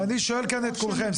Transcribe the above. ואני שואל כאן את כולכם,